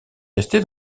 restée